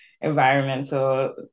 environmental